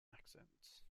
accents